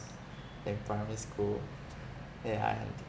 in primary school yeah and